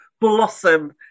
blossom